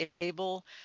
able